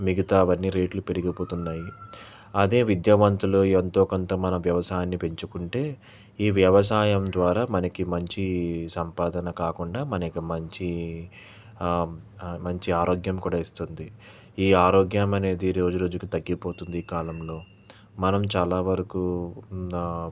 మిగతావన్నీ రేట్లు పెరిగిపోతున్నాయి అదే విద్యావంతులు ఎంతో కొంత మన వ్యవసాయాన్ని పెంచుకుంటే ఈ వ్యవసాయం ద్వారా మనకి మంచి సంపాదన కాకుండా మనకి మంచి మంచి ఆరోగ్యం కూడా ఇస్తుంది ఈ ఆరోగ్యం అనేది రోజు రోజుకి తగ్గిపోతుంది ఈ కాలంలో మనం చాలా వరకు